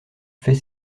fait